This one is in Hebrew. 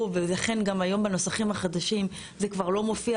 שאמרו ולכן בנוסחים החדשים היום זה כבר לא מופיע